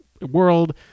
world